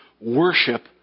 worship